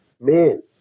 men